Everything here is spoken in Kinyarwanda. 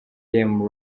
game